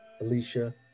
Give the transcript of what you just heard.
Alicia